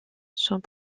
sont